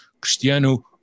Cristiano